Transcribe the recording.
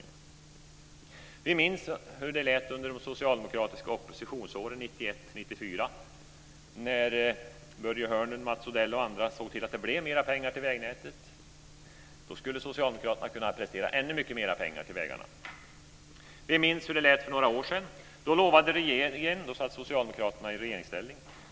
Vi minns hur det lät de socialdemokratiska oppositionsåren 1991-1994 när Börje Hörnlund, Mats Odell och andra såg till att det blev mera pengar till vägnätet. Då skulle socialdemokraterna prestera ännu mycket mera pengar. Vi minns hur det lät för några år sedan. Då satt socialdemokraterna i regeringsställning.